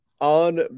on